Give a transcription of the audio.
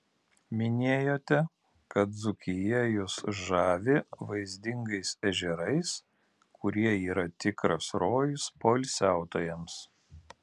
minėjote kad dzūkija jus žavi vaizdingais ežerais kurie yra tikras rojus poilsiautojams